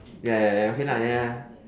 ya ya ya then okay lah ya lah